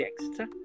Exeter